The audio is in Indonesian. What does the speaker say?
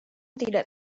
tidak